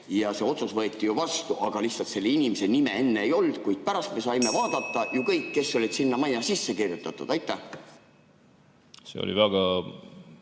See otsus võeti ju vastu, aga lihtsalt selle inimese nime enne [teada] ei olnud, kuid pärast me saime vaadata ju kõiki, kes olid sinna majja sisse kirjutatud. See